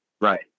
Right